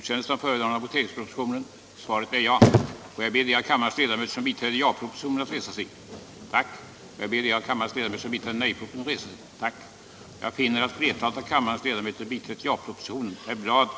I fråga om detta betänkande hålles gemensam överläggning för samtliga punkter. Under den gemensamma överläggningen får yrkanden framställas beträffande samtliga punkter i betänkandet.